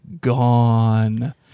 gone